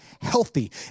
healthy